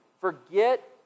Forget